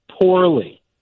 poorly